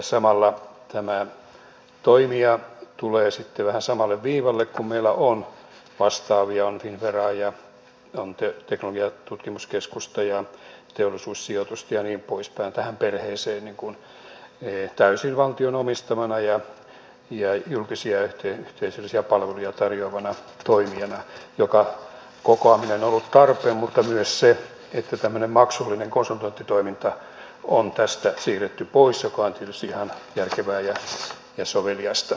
samalla tämä toimija tulee sitten vähän samalle viivalle kuin meillä on vastaavia on finnveraa ja on teknologian tutkimuskeskusta ja teollisuussijoitusta ja niin poispäin tähän perheeseen täysin valtion omistamana ja julkisyhteisöllisiä palveluja tarjoavana toimijana jonka kokoaminen on ollut tarpeen mutta myös se että tämmöinen maksullinen konsultointitoiminta on tästä siirretty pois mikä on tietysti ihan järkevää ja soveliasta